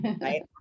right